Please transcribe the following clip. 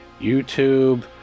YouTube